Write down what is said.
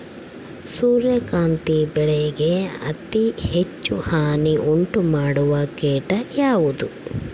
ಸೂರ್ಯಕಾಂತಿ ಬೆಳೆಗೆ ಅತೇ ಹೆಚ್ಚು ಹಾನಿ ಉಂಟು ಮಾಡುವ ಕೇಟ ಯಾವುದು?